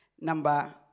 number